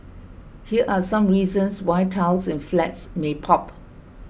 here are some reasons why tiles in flats may pop